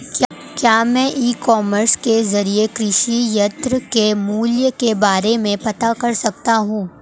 क्या मैं e commerce के ज़रिए कृषि यंत्र के मूल्य के बारे में पता कर सकता हूँ?